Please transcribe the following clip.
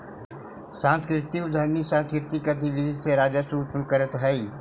सांस्कृतिक उद्यमी सांकृतिक गतिविधि से राजस्व उत्पन्न करतअ हई